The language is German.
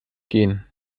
gehen